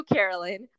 Carolyn